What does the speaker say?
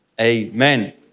amen